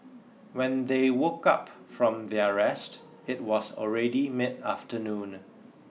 when they woke up from their rest it was already mid afternoon